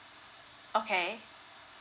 okay